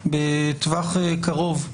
בטווח קרוב,